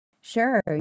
Sure